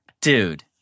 Dude